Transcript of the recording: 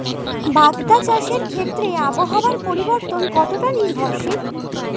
বাগদা চাষের ক্ষেত্রে আবহাওয়ার পরিবর্তন কতটা নির্ভরশীল?